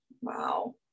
Wow